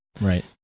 Right